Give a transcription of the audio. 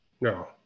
No